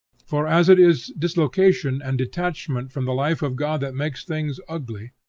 for as it is dislocation and detachment from the life of god that makes things ugly,